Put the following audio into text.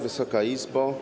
Wysoka Izbo!